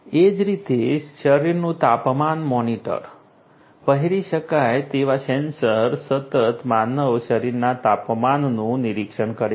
એ જ રીતે શરીરનું તાપમાન મોનિટર પહેરી શકાય તેવા સેન્સર સતત માનવ શરીરના તાપમાનનું નિરીક્ષણ કરે છે